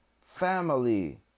family